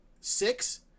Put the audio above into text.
six